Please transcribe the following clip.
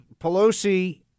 Pelosi